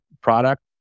product